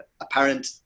apparent